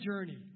journey